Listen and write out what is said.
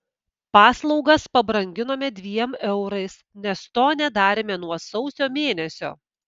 paslaugas pabranginome dviem eurais nes to nedarėme nuo sausio mėnesio